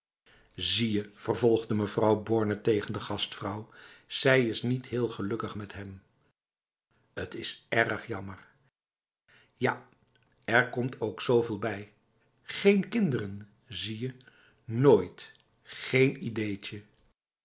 zie je vervolgde mevrouw borne tegen de gastvrouw zij is niet heel gelukkig met hemf t is erg jammei ja er komt ook zveel bij geen kinderen zie je nooit geen ideetje